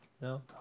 no